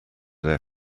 their